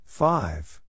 Five